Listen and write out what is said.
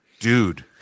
dude